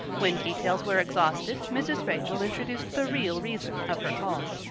when details were exhausted mrs. rachel introduced the real reason of her call.